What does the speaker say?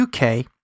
UK